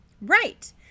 Right